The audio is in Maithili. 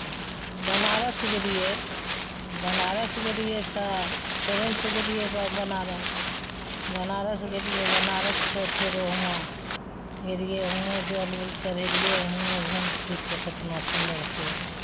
की कहय छै बनारस गेलियै बनारस गेलियै तऽ ट्रेनसँ गेलियै बनारस बनारस गेलियै बनारससँ फेरो हुआँ गेलियै हुओं जल उल चढ़ेलियै हुओं घूमि फिरके केतना सुन्दरसँ अयलियै